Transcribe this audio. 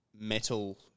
metal